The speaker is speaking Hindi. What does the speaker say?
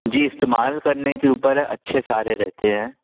जी इस्तेमाल करने के ऊपर है अच्छे सारे रहते हैं